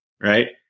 right